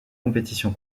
compétition